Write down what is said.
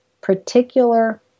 particular